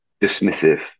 dismissive